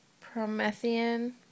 Promethean